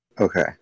Okay